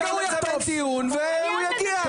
בסדר והוא גם חוטף והוא יגיע.